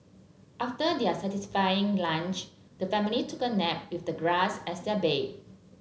after their satisfying lunch the family took a nap with the grass as their bed